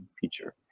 feature